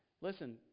Listen